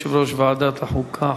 יושב-ראש ועדת החוקה,